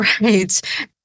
Right